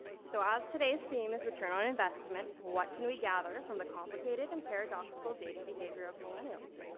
so as today's theme is return on investment, what can we gather from the complicated and paradoxical dating behaviour of millennials?